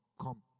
Come